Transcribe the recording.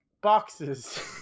boxes